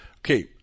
Okay